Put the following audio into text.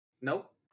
Nope